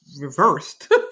reversed